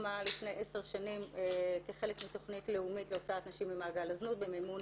הוקמה לפני עשר שנים כחלק מתכנית לאומית להוצאת נשים ממעגל הזנות במימון